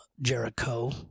Jericho